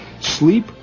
sleep